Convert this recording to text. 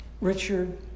Richard